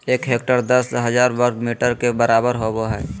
एक हेक्टेयर दस हजार वर्ग मीटर के बराबर होबो हइ